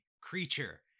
creature